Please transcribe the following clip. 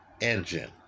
engine